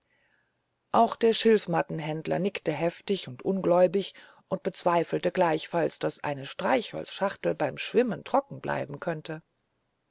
auch der schilfmattenhändler nickte heftig und ungläubig und bezweifelte gleichfalls daß eine streichholzschachtel beim schwimmen trocken bleiben könnte